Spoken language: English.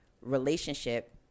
relationship